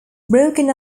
broken